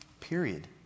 Period